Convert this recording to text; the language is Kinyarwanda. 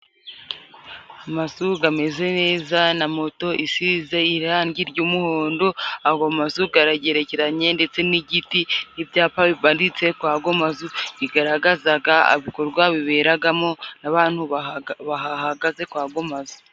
Amazu ameze neza, na moto isize irangi ry'umuhondo, ayo mazu aragerekeranye, ndetse n'igiti, ibyapa bimanitse kuri ayo mazu, kigaragaza ibikorwa biberamo n'abantu bahagaze kuri ayo mazu.